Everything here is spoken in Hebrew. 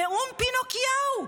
נאום פינוקיהו.